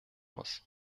muss